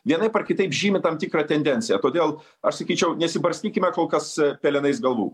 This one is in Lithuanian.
vienaip ar kitaip žymi tam tikrą tendenciją todėl aš sakyčiau nesibarstykime kol kas pelenais galvų